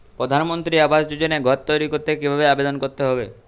প্রধানমন্ত্রী আবাস যোজনায় ঘর তৈরি করতে কিভাবে আবেদন করতে হবে?